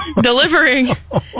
delivering